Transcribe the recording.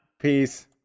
peace